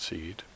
Seed